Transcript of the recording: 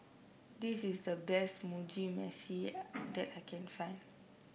this is the best Mugi Meshi that I can find